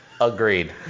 Agreed